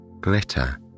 glitter